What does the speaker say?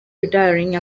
retiring